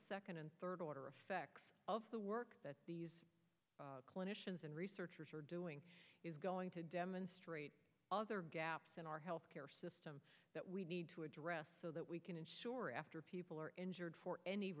second and third order effects of the work clinicians and researchers are doing is going to demonstrate gaps in our health care system that we need to address so that we can ensure after people are injured for any